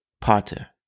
Potter